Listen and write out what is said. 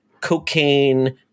cocaine